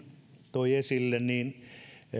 toi esille